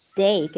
day